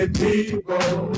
people